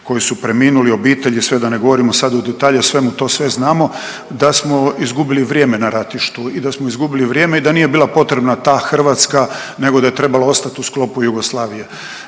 koji su preminuli, obitelji sve da ne govorimo sad u detalje o svemu, to sve znamo, da smo izgubili vrijeme na ratištu i da smo izgubili vrijeme i da nije bila potrebna ta Hrvatska nego da je trebala ostati u sklopu Jugoslavije.